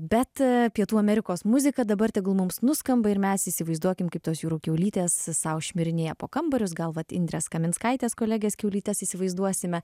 bet pietų amerikos muzika dabar tegul mums nuskamba ir mes įsivaizduokim kaip tos jūrų kiaulytės sau šmirinėja po kambarius gal vat indrės kaminskaitės kolegės kiaulytes įsivaizduosime